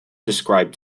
described